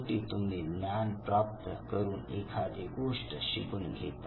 शेवटी तुम्ही ज्ञान प्राप्त करून एखादी गोष्ट शिकून घेता